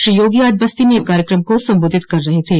श्री योगी आज बस्ती में एक कार्यक्रम को संबोधित कर रहे थे